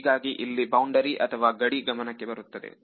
ಹೀಗಾಗಿ ಇಲ್ಲಿ ಬೌಂಡರಿ ಅಥವಾ ಗಡಿ ಗಮನಕ್ಕೆ ಬರುತ್ತದೆ